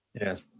Yes